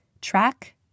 Track